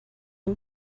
and